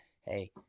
hey